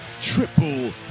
Triple